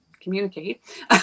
communicate